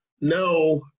No